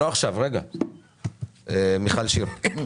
מיכל שיר.